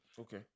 Okay